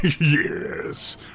Yes